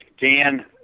Dan